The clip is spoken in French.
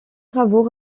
travaux